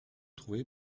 trouvé